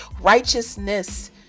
Righteousness